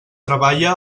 treballa